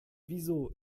wieso